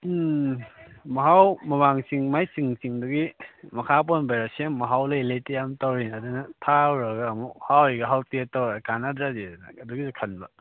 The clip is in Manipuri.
ꯎꯝ ꯃꯍꯥꯎ ꯃꯃꯥꯡ ꯆꯤꯡ ꯃꯥꯏ ꯆꯤꯡ ꯆꯤꯡꯗꯨꯒꯤ ꯃꯈꯥ ꯄꯣꯟꯕꯩꯔꯥ ꯁꯦꯝ ꯃꯍꯥꯎ ꯂꯩ ꯂꯩꯇꯦ ꯌꯥꯝ ꯇꯧꯔꯤꯅꯦ ꯑꯗꯨꯅ ꯊꯥꯔꯨꯔꯒ ꯑꯃꯨꯛ ꯍꯥꯎꯋꯤꯒ ꯍꯥꯎꯇꯦꯒ ꯇꯧꯔꯗꯤ ꯀꯥꯟꯅꯗ꯭ꯔꯗꯤꯗꯅ ꯑꯗꯨꯒꯤꯁꯨ ꯈꯟꯕ